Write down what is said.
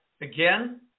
again